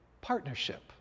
partnership